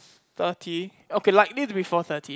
thirty okay likely to be four thirty